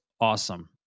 awesome